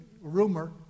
rumor